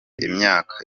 imyaka